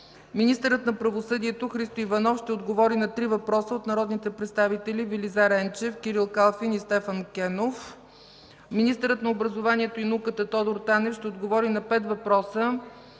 Министърът на правосъдието Христо Иванов ще отговори на три въпроса от народните представители Велизар Енчев, Кирил Калфин, и Стефан Кенов. Министърът на образованието и науката Тодор Танев ще отговори на пет въпроса